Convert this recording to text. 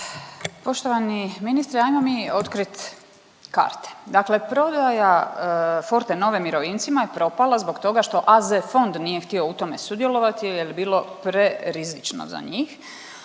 Poštovani ministre, ajmo mi otkrit karte. Dakle, prodaja Fortenove mirovincima je propala zbog toga što AZ Fond nije htio u tome sudjelovati jel je bilo prerizično za njih.